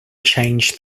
changed